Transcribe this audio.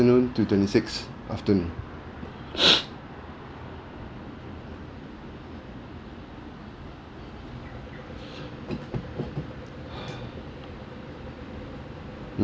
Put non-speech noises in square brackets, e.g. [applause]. ~noon to twenty sixth afternoon [breath] mm